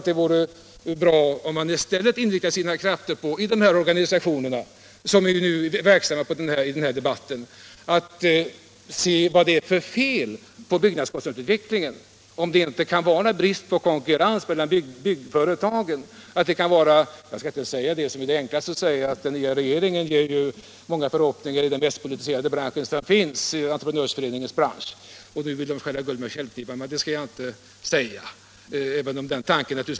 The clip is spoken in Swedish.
Det vore bra om man i de organisationer som är verksamma i denna debatt inriktade sina krafter på att undersöka vad det är för fel på byggkostnadsutvecklingen. Kan det vara brist på konkurrens mellan byggnadsföretagen? Jag vill inte hävda — även om den tanken naturligtvis ligger mycket nära till hands — att den nya regeringen ger många förhoppningar i den mest politiserade bransch som vi har, dvs. Byggnadsentreprenörföreningens område, och att man där nu vill skära guld med täljknivar.